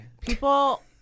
People